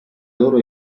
loro